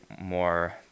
more